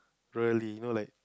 really you know like